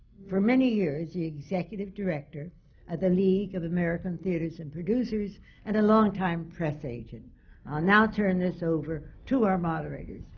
for many years the executive director of the league of american theatres and producers and a longtime press agent. i'll now turn this over to our moderators,